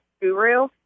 guru